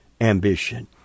ambition